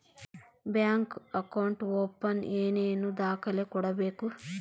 Bank account open ಏನೇನು ದಾಖಲೆ ಕೊಡಬೇಕು?